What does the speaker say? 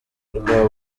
rwa